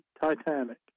Titanic